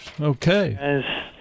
Okay